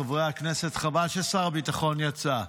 חברי הכנסת, חבל ששר הביטחון יצא,